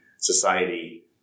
society